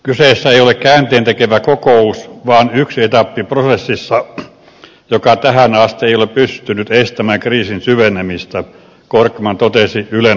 kyseessä ei ole käänteentekevä kokous vaan vain yksi etappi prosessissa joka tähän asti ei ole pystynyt estämään kriisin syvenemistä korkman totesi ylen haastattelussa